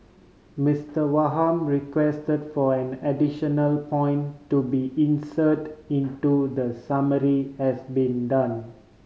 Mister Wham request for an additional point to be inserted into the summary has been done